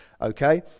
Okay